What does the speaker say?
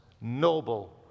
noble